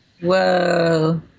Whoa